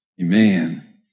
amen